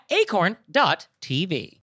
acorn.tv